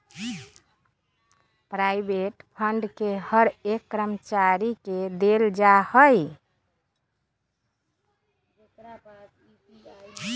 provident fund के हर एक कर्मचारी के देल जा हई